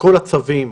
כל הצווים,